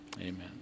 amen